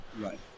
right